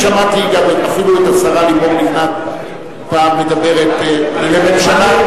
שמעתי אפילו את השרה לימור לבנת פעם מדברת על הממשלה,